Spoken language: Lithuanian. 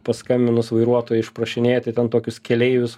paskambinus vairuotojui išprašinėti ten tokius keleivius